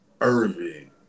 Irving